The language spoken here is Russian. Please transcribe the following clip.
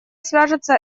свяжется